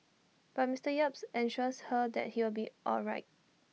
but Mister yap assures her that he will be all right